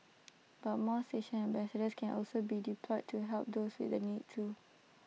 but more station ambassadors can also be deployed to help those with the need too